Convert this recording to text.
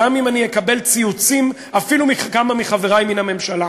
גם אם אקבל ציוצים אפילו מכמה מחברי לממשלה,